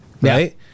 right